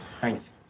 Thanks